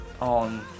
on